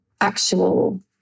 actual